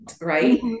right